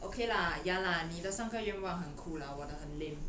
okay lah ya lah 你的三个愿望很 cool lah 我的很 lame